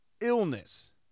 illness